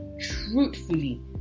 truthfully